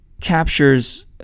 captures